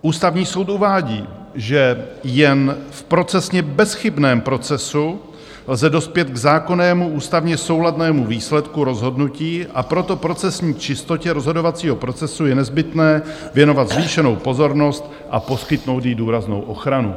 Ústavní soud uvádí, že jen v procesně bezchybném procesu lze dospět k zákonnému ústavně souladnému výsledku rozhodnutí, a proto procesní čistotě rozhodovacího procesu je nezbytné věnovat zvýšenou pozornost a poskytnout jí důraznou ochranu.